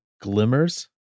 glimmers